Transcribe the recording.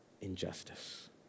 injustice